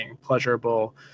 pleasurable